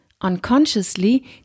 unconsciously